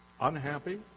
Unhappy